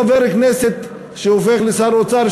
חבר כנסת שהופך לשר האוצר,